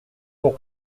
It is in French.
pour